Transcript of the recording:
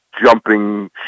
jumping